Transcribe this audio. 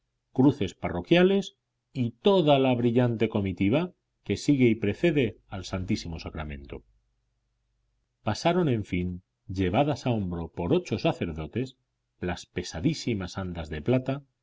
cruces parroquiales y toda la brillante comitiva que sigue y precede al santísimo sacramento pasaron en fin llevadas a hombros por ocho sacerdotes las pesadísimas andas de plata